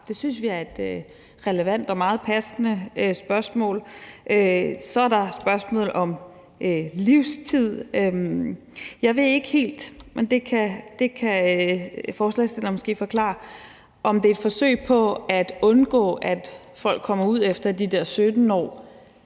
Det synes vi er et relevant og meget passende spørgsmål. Så er der også spørgsmålet om livstid. Jeg ved ikke helt – det kan forslagsstilleren måske forklare – om det er et forsøg på at undgå, at folk kommer ud efter de der 17 år,